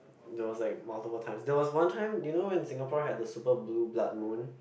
there was like multiple times there was one time you know when Singapore had the super blue blood moon